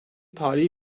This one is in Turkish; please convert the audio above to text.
tarihi